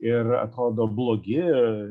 ir atrodo blogi